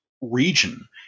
region